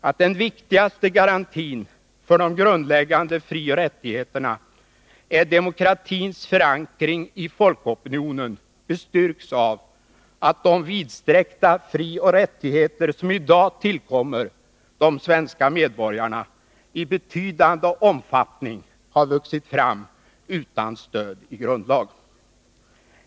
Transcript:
Att den viktigaste garantin för de grundläggande frioch rättigheterna är demokratins förankring i folkopinionen bestyrks av att de vidsträckta frioch rättigheter som i dag tillkommer de svenska medborgarna i betydande omfattning har vuxit fram utan stöd i grundlagen.